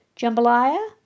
Jambalaya